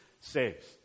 saves